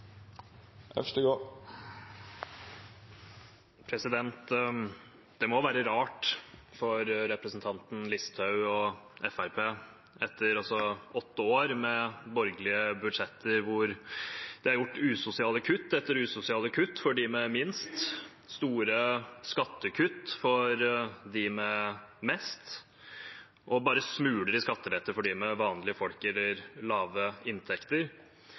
Det må være rart for representanten Listhaug og Fremskrittspartiet – etter åtte år med borgerlige budsjetter der de har gjort usosiale kutt etter usosiale kutt for dem med minst, gitt store skattekutt til dem med mest og bare gitt smuler i skattelette for vanlige folk eller dem med lave inntekter